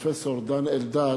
פרופסור דן אלדד,